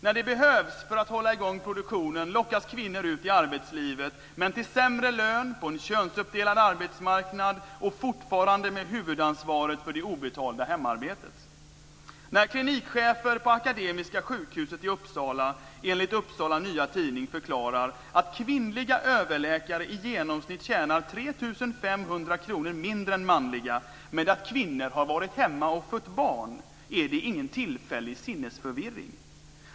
När det behövs för att hålla i gång produktionen lockas kvinnor ut i arbetslivet, men till sämre lön på en könsuppdelad arbetsmarknad, och fortfarande med huvudsansvaret för det obetalda hemarbetet. När klinikchefer på Akademiska sjukhuset i Uppsala enligt Upsala Nya Tidning förklarar att kvinnliga överläkare i genomsnitt tjänar 3 500 kr mindre än manliga med att kvinnorna har varit hemma och fött barn är det ingen tillfällig sinnesförvirring.